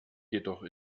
jedoch